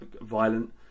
violent